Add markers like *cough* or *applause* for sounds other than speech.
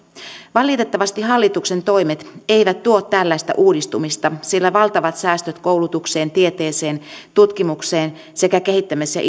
valitettavasti hallituksen toimet eivät tuo tällaista uudistumista sillä valtavat säästöt koulutukseen tieteeseen tutkimukseen sekä kehittämis ja *unintelligible*